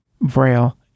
Braille